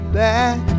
back